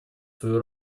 свою